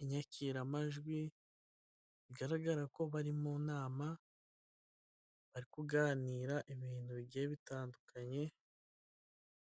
inyakiramajwi bigaragara ko bari mu nama bari kuganira ibintu bigiye bitandukanye.